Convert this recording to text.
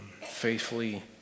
faithfully